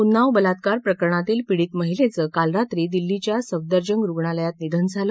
उन्नाव बलात्कार प्रकरणातील पीडित महिलेचं काल रात्री दिल्लीच्या सफदरजंग रुग्णालयात निधन झालं